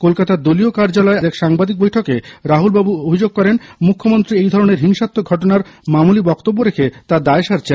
কলকাতার দলীয় কার্যালয়ে এক সাংবাদিক বৈঠকে রাহুলবাবু অভিযোগ করেন মুখ্যমন্ত্রী এই ধরণের হিংসাত্মক ঘটনায় মামুলি বক্তব্য রেখে তার দায় সারছেন